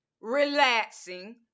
relaxing